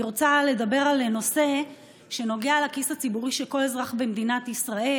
אני רוצה לדבר על נושא שנוגע לכיס הציבורי של כל אזרח במדינת ישראל,